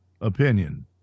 opinion